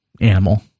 animal